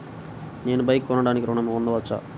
నేను బైక్ కొనటానికి ఋణం పొందవచ్చా?